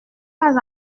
pas